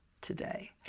today